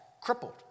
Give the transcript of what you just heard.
crippled